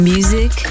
Music